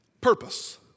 purpose